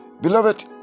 Beloved